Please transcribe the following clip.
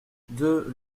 deux